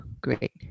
great